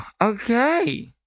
Okay